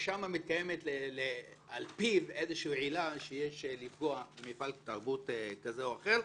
שמתקיימת על פיו עילה כלשהי לפגוע במפעל תרבות כזה או אחר.